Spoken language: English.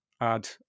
add